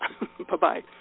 Bye-bye